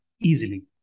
easily